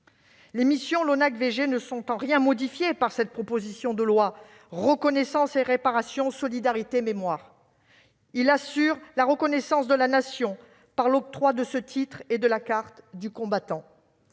Les missions de l'ONACVG ne sont en rien modifiées par cette proposition de loi : reconnaissance et réparation, solidarité et mémoire. L'Office assure la reconnaissance de la Nation par l'octroi du titre de combattant et de la carte du combattant,